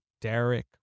Derek